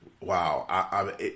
wow